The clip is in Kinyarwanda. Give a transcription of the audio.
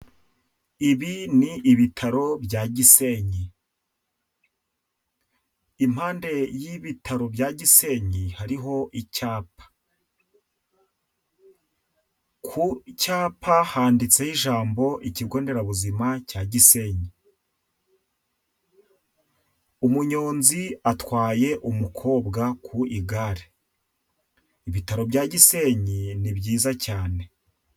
Ibi ni ibitaro bya Gisenyi, impande y'ibitaro bya Gisenyi hariho icyapa. Ku cyapa handitseho ijambo "ikigo nderabuzima cya Gisenyi", umunyonzi atwaye umukobwa ku igare. Ibitaro bya Gisenyi ni byiza cyane.